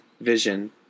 vision